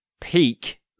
peak